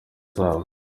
zabo